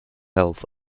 health